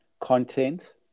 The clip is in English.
content